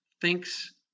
thinks